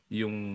yung